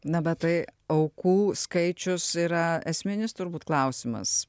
na bet tai aukų skaičius yra esminis turbūt klausimas